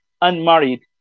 unmarried